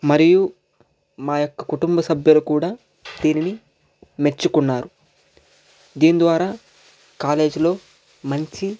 మరియు మా యొక్క కుటుంబ సభ్యులు కూడా దీనిని మెచ్చుకున్నారు దీని ద్వారా కాలేజ్లో మంచి